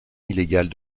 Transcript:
illégale